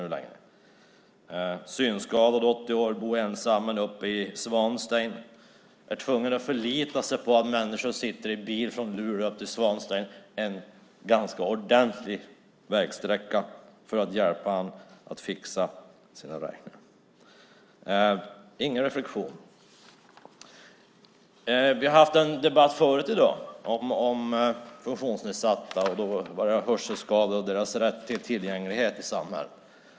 Han är synskadad, ensam och bor uppe i Svanstein och är tvungen att förlita sig på att människor sätter sig i bil och åker från Luleå till Svanstein, en ganska ordentlig vägsträcka, för att hjälpa honom att fixa räkningarna. Ingen reflexion! Vi har haft en debatt förut i dag om funktionsnedsatta, och då gällde det hörselskadade, deras rätt och tillgängligheten i samhället.